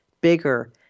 bigger